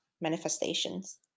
manifestations